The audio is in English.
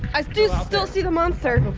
i still still see the monster.